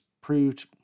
proved